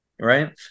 right